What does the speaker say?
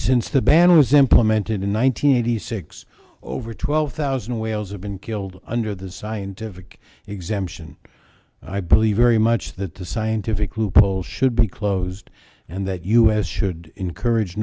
since the ban was implemented in one thousand nine hundred six over twelve thousand whales have been killed under the scientific exemption i believe very much that the scientific loophole should be closed and that u s should encourage